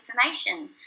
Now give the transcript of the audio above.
information